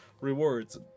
rewards